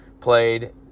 played